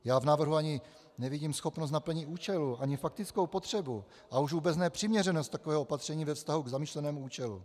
Já v návrhu ani nevidím ani schopnost naplnění účelu, ani faktickou potřebu, a už vůbec ne přiměřenost takového opatření ve vztahu k zamýšlenému účelu.